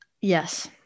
Yes